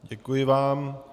Děkuji vám.